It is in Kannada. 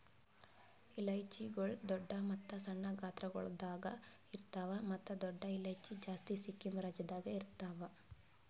ಇಲೈಚಿಗೊಳ್ ದೊಡ್ಡ ಮತ್ತ ಸಣ್ಣ ಗಾತ್ರಗೊಳ್ದಾಗ್ ಇರ್ತಾವ್ ಮತ್ತ ದೊಡ್ಡ ಇಲೈಚಿ ಜಾಸ್ತಿ ಸಿಕ್ಕಿಂ ರಾಜ್ಯದಾಗ್ ಇರ್ತಾವ್